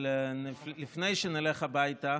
אבל לפני שנלך הביתה